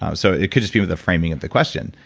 um so it could just be with the framing of the question,